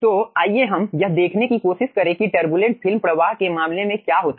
तो आइए हम यह देखने की कोशिश करें कि टरबुलेंट फिल्म प्रवाह के मामले में क्या होता है